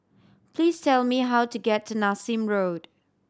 please tell me how to get to Nassim Road